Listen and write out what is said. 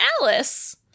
Alice